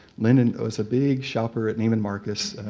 lyndon was a big shopper at neiman marcus.